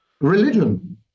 Religion